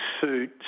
suit